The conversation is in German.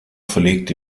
verlegte